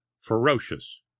ferocious